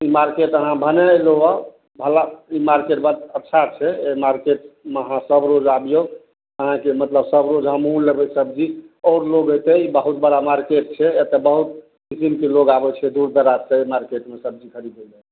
ई market अहाँ भने अयलहुँ यऽ भला ई मार्केट बड अच्छा छै अइ मार्केटमे अहाँ सब रोज आबियौ अहाँके मतलब सब रोज हमहुँ लेबय सब्जी आओर लोग अयतय ई बहुत बड़ा मार्केट छै एतऽ बहुत किसिमके लोग आबय छै दूर दराजसँ अइ मार्केटमेऽ सब्जी खरीदय लए